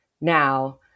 now